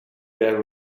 there